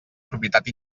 propietat